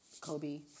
Kobe